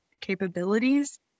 capabilities